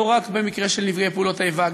לא רק במקרה של נפגעי פעולות איבה,